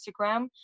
Instagram